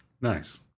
nice